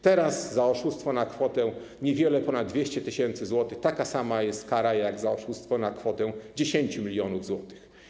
Teraz za oszustwo na kwotę niewiele ponad 200 tys. zł jest taka sama kara jak za oszustwo na kwotę 10 mln zł.